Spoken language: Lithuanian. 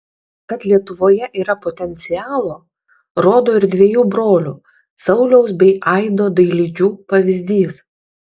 kad lietuvoje yra potencialo rodo ir dviejų brolių sauliaus bei aido dailidžių pavyzdys